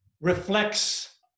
reflects